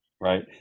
Right